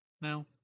No